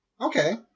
Okay